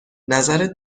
نظرت